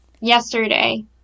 yesterday